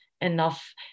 enough